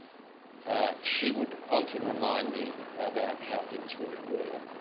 ah she would often remind me about how things really were.